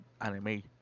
anime